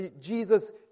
Jesus